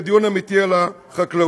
לדיון אמיתי על החקלאות.